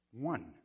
One